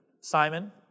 Simon